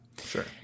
Sure